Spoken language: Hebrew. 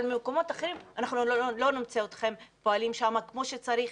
אבל במקומות אחרים אנחנו לא נמצא אתכם פועלים שם כמו שצריך,